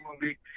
movie